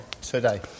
today